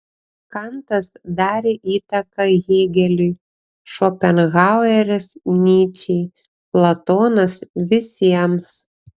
kantas darė įtaką hėgeliui šopenhaueris nyčei platonas visiems